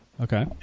Okay